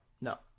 No